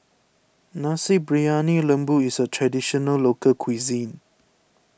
Nasi Briyani Lembu is a Traditional Local Cuisine